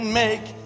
make